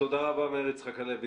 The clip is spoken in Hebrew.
תודה רבה, מאיר יצחק הלוי.